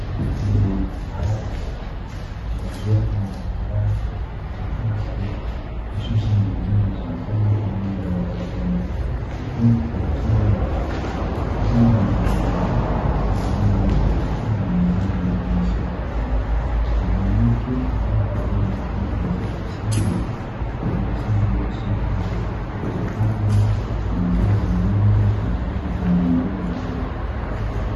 Soko dogo, mahali ambapo uuzwaji wa bidhaa za kila siku hususani chakula pamoja na matunda. Huku kukiwa na bei maalumu iliyowekwa kwa kila bidhaa ndani ya soko hilo. Mwanamke aliyevalia mavazi nadhifu sana, muuzaji wa soko hilo akipanga bidhaa za nyanya katika mpangilio mzuri.